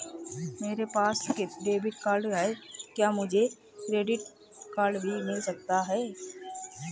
मेरे पास debit card है क्या मुझे क्रेडिट कार्ड भी मिल सकता है?